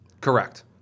Correct